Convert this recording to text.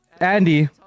Andy